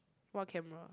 what camera